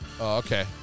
Okay